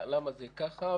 למה זה כך,